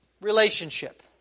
relationship